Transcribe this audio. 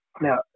Now